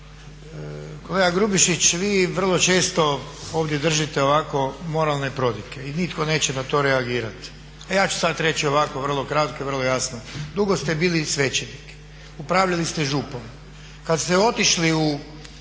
Kolega Grubišić vi vrlo često ovdje držite ovako moralne prodike i nitko neće na to reagirati. A ja ću sada reći ovako vrlo kratko i vrlo jasno, dugo ste bili svećenik upravljali ste župom, kada ste otišli u